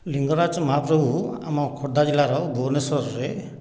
ଲିଙ୍ଗରାଜ ମହାପ୍ରଭୁ ଆମ ଖୋର୍ଦ୍ଧା ଜିଲ୍ଲାର ଭୁବନେଶ୍ୱରରେ